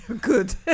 Good